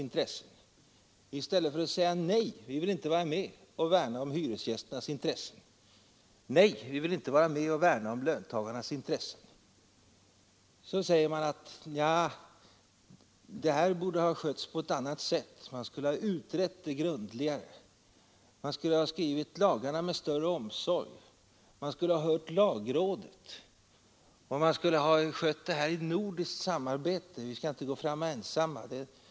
I stället för att säga nej, vi vill inte vara med och värna om konsumenternas, hyresgästernas och löntagarnas intressen, säger de att det här borde ha skötts på ett annat sätt. Man borde ha utrett det grundligare, man borde ha skrivit lagarna med större omsorg, man borde ha hört lagrådet och man borde ha skött det här i nordiskt samarbete — vi skall inte gå fram ensamma.